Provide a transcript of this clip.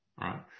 right